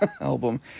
album